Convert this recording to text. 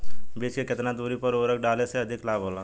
बीज के केतना दूरी पर उर्वरक डाले से अधिक लाभ होला?